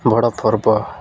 ବଡ଼ ପର୍ବ